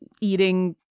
eating